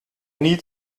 nie